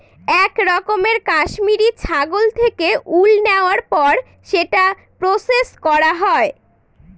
এক রকমের কাশ্মিরী ছাগল থেকে উল নেওয়ার পর সেটা প্রসেস করা হয়